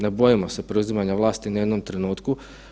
Ne bojimo se preuzimanja vlasti ni u jednom trenutku.